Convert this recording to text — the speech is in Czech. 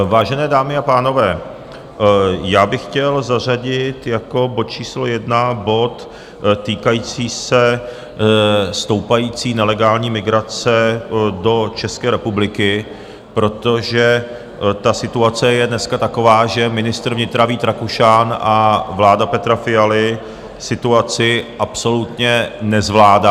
Vážené dámy a pánové, já bych chtěl zařadit jako bod číslo 1 bod týkající se stoupající nelegální migrace do České republiky, protože situace je dneska taková, že ministr vnitra Vít Rakušan a vláda Petra Fialy situaci absolutně nezvládá.